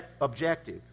objective